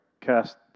cast